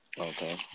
Okay